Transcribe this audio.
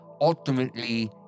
ultimately